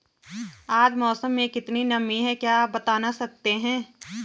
आज मौसम में कितनी नमी है क्या आप बताना सकते हैं?